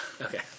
Okay